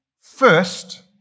first